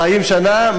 חיים שנה,